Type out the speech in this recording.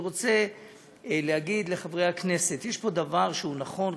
אני רוצה להגיד לחברי הכנסת: יש פה דבר שהוא נכון,